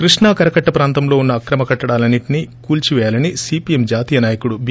కృష్ణా కరకట్ట ప్రాంతంలో వున్న అక్రమ కట్టడాలన్నిటిని కూల్చిపేయాలని సీపీఎం జాతీయ నాయకుడు బీ